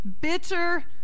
bitter